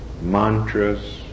mantras